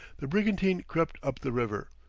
the brigantine crept up the river,